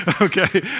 okay